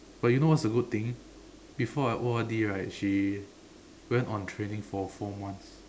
but you know what's the good thing before I O_R_D right she went on training for four months